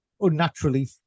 unnaturally